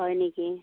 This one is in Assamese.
হয় নেকি